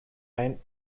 ein